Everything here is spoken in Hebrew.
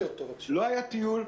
לא היה טיול,